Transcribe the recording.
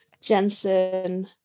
Jensen